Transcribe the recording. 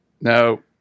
No